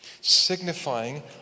Signifying